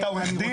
אתה עורך דין?